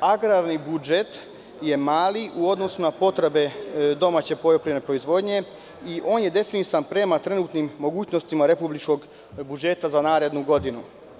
agrarni budžet je mali u odnosu na potrebe domaće poljoprivredne proizvodnje i on je definisan prema trenutnim mogućnostima republičkog budžeta za narednu godinu.